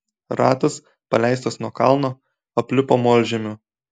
ratas paleistas nuo kalno aplipo molžemiu